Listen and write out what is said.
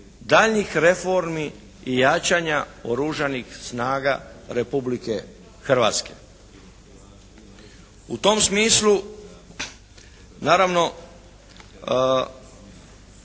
daljnjih reformi i jačanja Oružanih snaga Republike Hrvatske. U tom smislu naravno